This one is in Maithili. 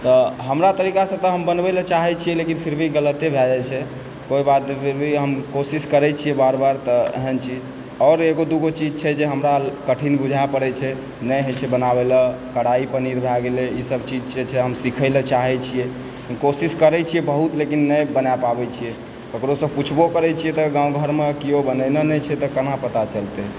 तऽ हमरा तरीकासँ तऽ हम बनबय ला चाहय छियै लेकिन फिर भी गलते भए जाइ छै कोई बात नहि फिर भी हम कोशिश करय छियै बार बार तऽ एहन चीज आओर एगो दुगो चीज छै जे हमरा ला कठिन बुझना पड़य छै नहि होइ छै बनावऽ ला कढ़ाई पनीर भए गेलय ईसभ चीजके छै हम सिखय ला चाहय छियै हम कोशिश करय छी बहुत लेकिन नहि बना पाबय छी ककरोसँ पुछबो करय छियै तऽ गाँव घरमे केओ बनैनो नहि छै तऽ केना पता चलते